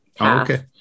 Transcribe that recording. Okay